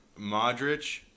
Modric